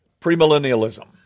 premillennialism